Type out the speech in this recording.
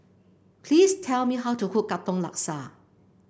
please tell me how to cook Katong Laksa